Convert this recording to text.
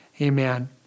Amen